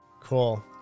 Cool